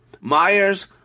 Myers